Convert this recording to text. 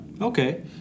Okay